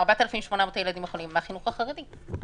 4,800 מהילדים החולים הם מהחינוך החרדי.